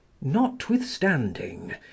notwithstanding